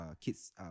kids